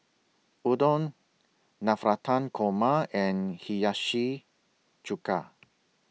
Udon Navratan Korma and Hiyashi Chuka